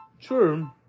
True